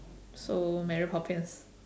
so mary poppins